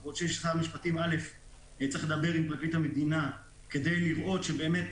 אני חושבים ששר המשפטים צריך לדבר עם פרקליט המדינה כדי לראות שבאמת